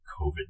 covid